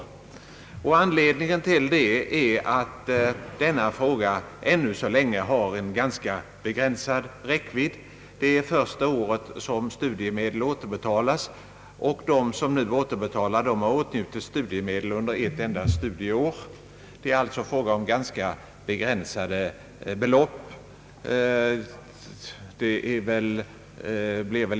Anledningen till att vi intagit denna ståndpunkt är att frågan ännu så länge har en relativt begränsad räckvidd. Det är nu första året som studiemedel återbetalas och dessa studiemedel har åtnjutits under ett enda studieår. Det gäller alltså ganska begränsade belopp.